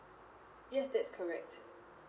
yes that's correct